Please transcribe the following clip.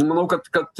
manau kad kad